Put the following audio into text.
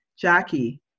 Jackie